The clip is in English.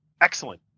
excellent